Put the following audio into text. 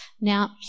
Now